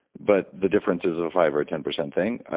but the difference is a five or ten percent thing.